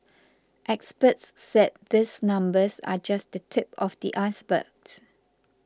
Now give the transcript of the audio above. experts said these numbers are just the tip of the ice birds